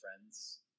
friends